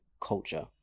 culture